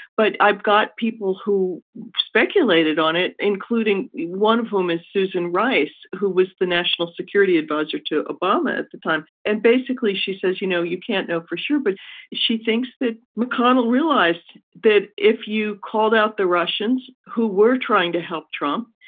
but i've got people who speculated on it, including one of whom is susan rice, who was the national security adviser to obama at the time. and basically, she says, you know, you can't know for sure. but if she thinks that mcconnell realized that if you called out the russians who were trying to help trump,